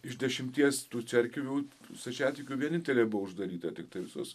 iš dešimties tų cerkvių stačiatikių vienintelė buvo uždaryta tiktai visos